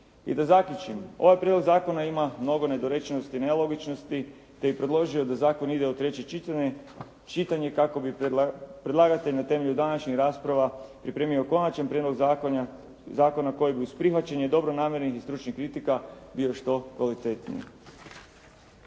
I da zaključim, ovaj prijedlog zakona ima mnogo nedorečenosti, nelogičnosti, te bih predložio da zakon ide u treće čitanje kako bi predlagatelj na temelju današnjih rasprava pripremio konačan prijedlog zakona koji bi uz prihvaćanje dobronamjernih i stručnih kritika bio što kvalitetniji.